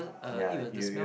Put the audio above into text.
ya you you